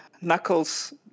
knuckles